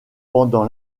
pendant